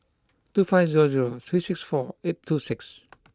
two five zero zero three six four eight two six